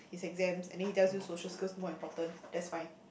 his exams and then he tells you social skills more important that's fine